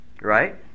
Right